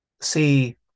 see